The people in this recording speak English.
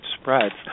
spreads